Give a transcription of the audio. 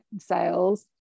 sales